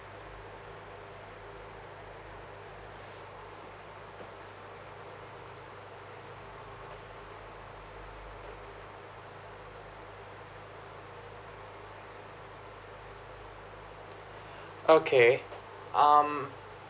okay um